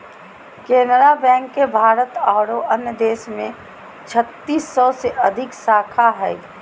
Canara bank के भारत आरो अन्य देश में छत्तीस सौ से अधिक शाखा हइ